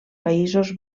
països